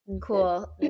cool